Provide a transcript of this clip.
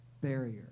barrier